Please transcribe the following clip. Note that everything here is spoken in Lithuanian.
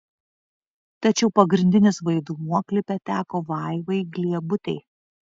tačiau pagrindinis vaidmuo klipe teko vaivai gliebutei